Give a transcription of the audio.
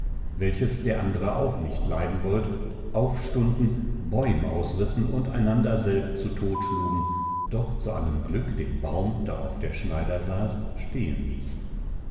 welches der andere auch nicht leiden wollt aufstunden bäum ausrissen und einander selb zu todt schlugen doch zu allem glück den baum darauf der schneider saß stehen ließen